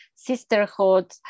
sisterhood